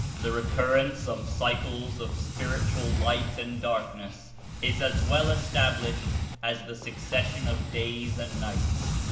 the recurrence of cycles of spiritual light and darkness is as well established as the succession of days and nights.